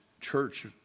church